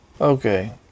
Okay